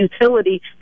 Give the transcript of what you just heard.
utility